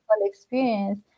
experience